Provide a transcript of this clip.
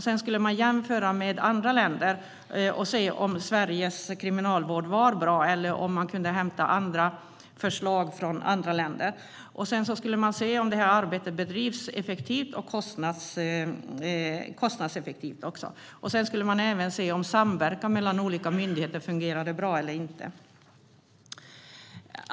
Sedan skulle man jämföra med andra länder och se om Sveriges kriminalvård var bra eller om man kunde hämta förslag från andra länder. Man skulle se om arbetet bedrevs effektivt och även kostnadseffektivt. Man skulle även se om samverkan mellan olika myndigheter fungerade bra eller inte.